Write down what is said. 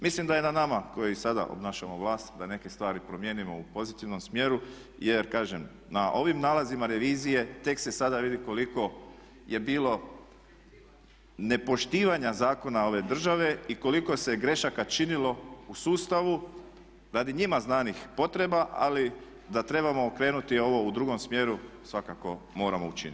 Mislim da je na nama koji sada obnašamo vlast da neke stvari promijenimo u pozitivnom smjeru jer kažem na ovim nalazima revizije tek se sada vidi koliko je bilo nepoštivanja zakona ove države i koliko se grešaka činilo u sustavu radi njima znanih potreba ali da trebamo okrenuti ovo u drugom smjeru svakako moramo učiniti.